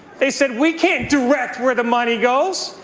they said we can't direct where the money goes.